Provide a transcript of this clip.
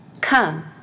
Come